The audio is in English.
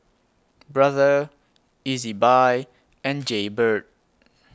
Brother Ezbuy and Jaybird